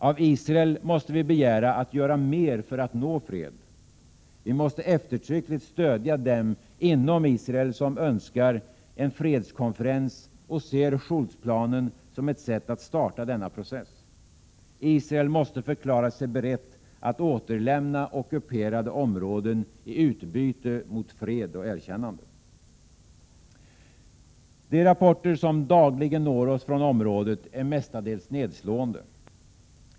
Av Israel måste vi begära att göra mer för att nå fred. Vi måste eftertryckligt stödja dem inom Israel som önskar en fredskonferens och ser Schultzplanen som ett sätt att starta denna process. Israel måste förklara sig berett att återlämna ockuperade områden i utbyte mot fred och erkännande. De rapporter som dagligen når oss från området är mestadels nedslående.